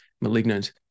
malignant